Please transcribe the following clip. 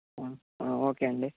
okay అండి